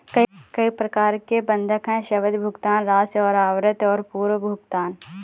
कई प्रकार के बंधक हैं, सावधि, भुगतान राशि और आवृत्ति और पूर्व भुगतान